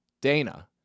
dana